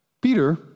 Peter